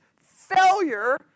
failure